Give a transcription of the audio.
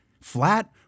Flat